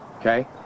okay